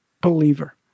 believer